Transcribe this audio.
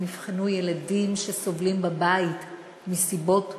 הן אבחנו ילדים שסובלים בבית מסיבות שונות.